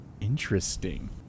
Interesting